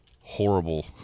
horrible